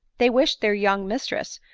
they wished their young mistress,